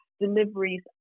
deliveries